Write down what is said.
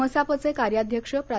मसापचे कार्याध्यक्ष प्रा